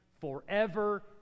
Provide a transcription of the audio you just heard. forever